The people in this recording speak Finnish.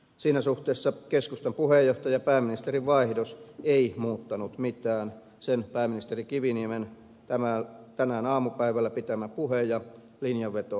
siinä suhteessa keskustan puheenjohtajan ja pääministerin vaihdos ei muuttanut mitään sen pääministeri kiviniemen tänään aamupäivällä pitämä puhe ja linjanveto osoitti